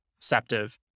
perceptive